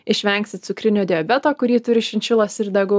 išvengsit cukrinio diabeto kurį turi šinšilos ir degu